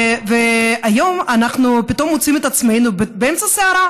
והיום אנחנו פתאום מוצאים את עצמנו באמצע סערה,